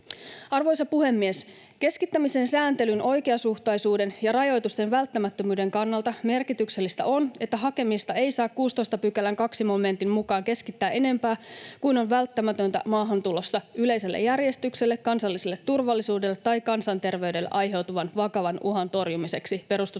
Arvoisa puhemies! ”Keskittämisen sääntelyn oikeasuhtaisuuden ja rajoitusten välttämättömyyden kannalta merkityksellistä on, että hakemista ei saa 16 §:n 2 momentin mukaan keskittää enempää kuin on välttämätöntä maahantulosta yleiselle järjestykselle, kansalliselle turvallisuudelle tai kansanterveydelle aiheutuvan vakavan uhan torjumiseksi”, perustuslakivaliokunta